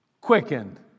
quickened